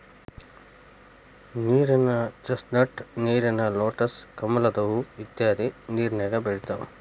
ನೇರಿನ ಚಸ್ನಟ್, ನೇರಿನ ಲೆಟಸ್, ಕಮಲದ ಹೂ ಇತ್ಯಾದಿ ನೇರಿನ್ಯಾಗ ಬೆಳಿತಾವ